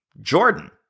Jordan